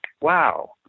wow